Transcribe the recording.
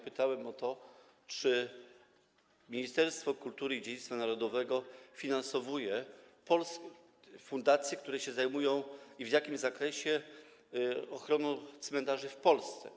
Pytałem o to, czy Ministerstwo Kultury i Dziedzictwa Narodowego finansuje fundacje, które się zajmują w jakimś zakresie ochroną cmentarzy w Polsce.